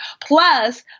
plus